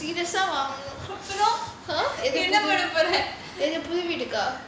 serious !huh! வாங்கணும் என்ன புது வீட்டுக்கா:vaanganum enna pudhu veetukka